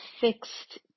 fixed